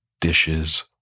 dishes